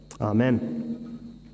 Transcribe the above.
Amen